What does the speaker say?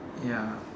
ya